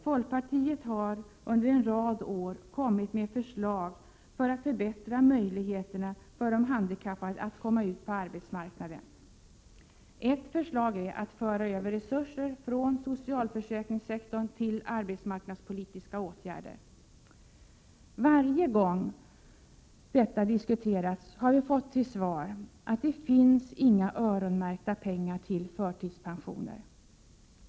Folkpartiet har under en rad år kommit med förslag för att förbättra möjligheterna för de handikappade att komma ut på arbetsmarknaden. Ett förslag är att föra över resurser från socialförsäkringssektorn till arbetsmarknadspolitiska åtgärder. Varje gång detta diskuterats har vi fått till svar att det inte finns några öronmärkta pengar till förtidspensioner.